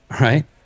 right